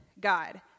God